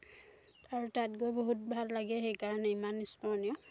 আৰু তাত গৈ বহুত ভাল লাগে সেইকাৰণে ইমান স্মৰণীয়